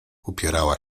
upierała